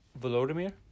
Volodymyr